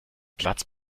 platz